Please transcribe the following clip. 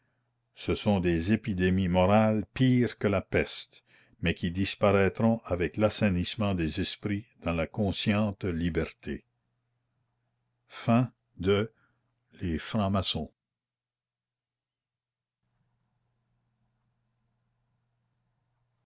ce sont des épidémies morales pires que la peste mais qui disparaîtront avec l'assainissement des esprits dans la consciente liberté